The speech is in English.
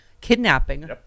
kidnapping